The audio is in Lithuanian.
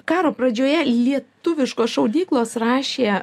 karo pradžioje lietuviškos šaudyklos rašė